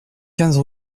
quinze